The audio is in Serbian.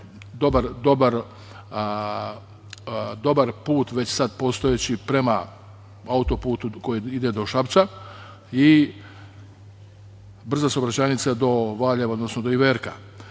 dobar put, već sad postojeći prema auto-putu koji ide do Šapca i brza saobraćajnica do Valjeva, odnosno do Iverka.